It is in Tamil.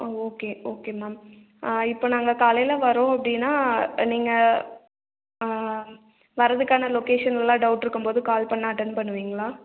ஓகே ஓகே மேம் இப்போ நாங்கள் காலையில் வரோம் அப்படினா நீங்கள் வர்றதுக்கான லொக்கேஷனில் டவுட் இருக்கும்போது கால் பண்ணால் அட்டன் பண்ணுவீங்களா